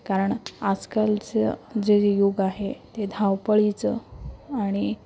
कारण आजकालचं जेे युग आहे ते धावपळीचं आणि